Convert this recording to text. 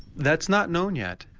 that's not known yet.